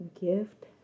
gift